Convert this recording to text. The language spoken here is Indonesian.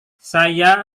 saya